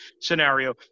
scenario